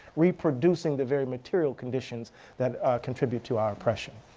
reproducing the very material conditions that contribute to our oppression.